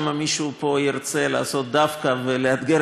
שמא מישהו פה ירצה לעשות "דווקא" ולאתגר